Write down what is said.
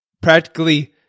practically